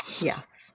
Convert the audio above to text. Yes